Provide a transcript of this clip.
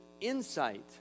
insight